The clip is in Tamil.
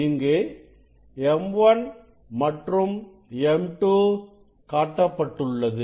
இங்கு M1 மற்றும் M2 காட்டப்பட்டுள்ளது